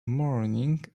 morning